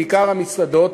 בעיקר המסעדות